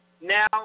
Now